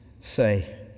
say